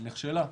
היא נכשלה.